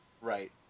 Right